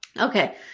Okay